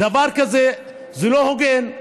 דבר כזה זה לא הוגן,